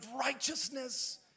righteousness